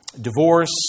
divorce